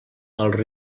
als